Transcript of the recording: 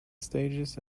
stages